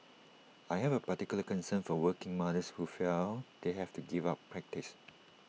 I have A particular concern for working mothers who feel they have to give up practice